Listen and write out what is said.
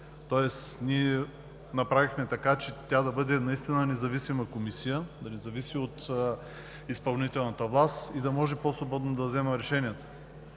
тоест ние направихме така, че тя наистина да бъде независима Комисия, да не зависи от изпълнителната власт и да може по-свободно да взема решенията.